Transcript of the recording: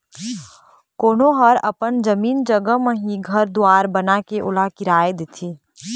कोनो ह अपन जमीन जघा म ही घर दुवार बनाके ओला किराया देथे